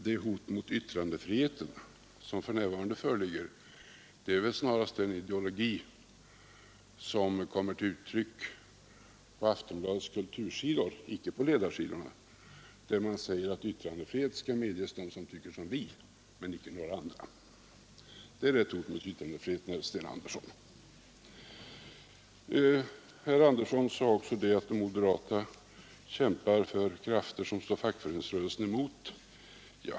Det hot mot yttrandefriheten som finns för närvarande är väl snarast den ideologi som kommer till uttryck på Aftonbladets kultursidor — inte på ledarsidorna — där man säger att ”yttrandefrihet skall medges dem som tycker som vi, inte några andra”. Där finns det ett hot mot yttrandefriheten, herr Sten Andersson! Vidare sade herr Andersson att de moderata kämpar för krafter som står fackföreningsrörelsen emot.